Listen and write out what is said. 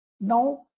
Now